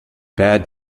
bad